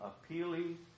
appealing